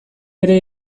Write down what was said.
ere